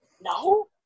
No